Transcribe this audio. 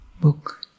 book